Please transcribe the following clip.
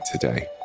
today